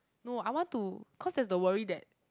no I want to cause that the worry that